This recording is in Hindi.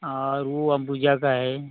और वह अंबुजा का है